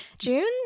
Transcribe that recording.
June